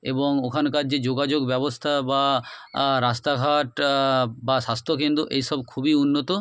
এবং ওখানকার যে যোগাযোগ ব্যবস্থা বা রাস্তাঘাট বা স্বাস্থ্যকেন্দ্র এই সব খুবই উন্নত